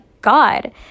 God